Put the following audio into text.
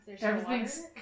Everything's